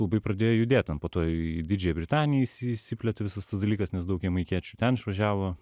labai pradėjo judėt ten po to į didžiąją britaniją įsi įsiplėtė visas tas dalykas nes daug jamaikiečių ten išvažiavo